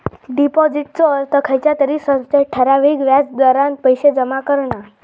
डिपाॅजिटचो अर्थ खयच्या तरी संस्थेत ठराविक व्याज दरान पैशे जमा करणा